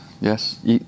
yes